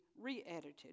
re-edited